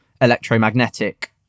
electromagnetic